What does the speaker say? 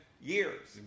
years